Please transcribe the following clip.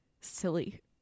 silly